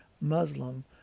Muslim